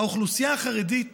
האוכלוסייה החרדית